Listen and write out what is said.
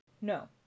No